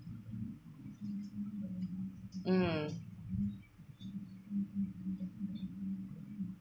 mm